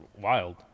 wild